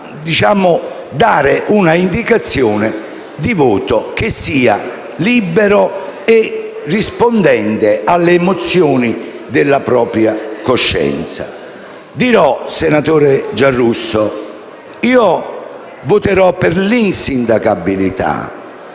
dare un'indicazione di voto che sia libero e rispondente alle emozioni della propria coscienza. Senatore Giarrusso, io voterò per l'insindacabilità,